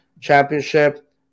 championship